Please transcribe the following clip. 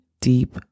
deep